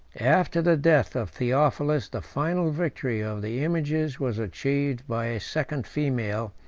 after the death of theophilus, the final victory of the images was achieved by a second female,